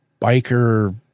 biker